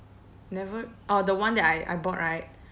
never orh the one that I I bought right